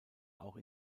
auch